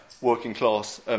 working-class